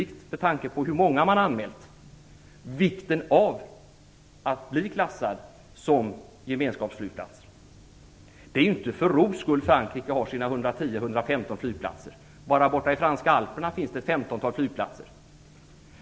Att man har anmält så många visar tydligt hur viktigt det är att bli klassad som gemenskapsflygplats. Det är inte för ro skull Frankrike har sina 110-115 flygplatser. Bara borta i franska Alperna finns det ett femtontal flygplatser.